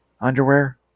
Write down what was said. underwear